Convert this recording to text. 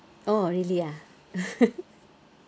oh really ah